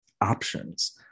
options